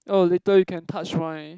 oh later you can touch my